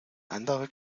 andere